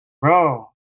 Bro